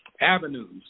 avenues